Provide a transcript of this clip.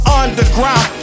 underground